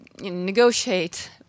negotiate